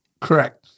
Correct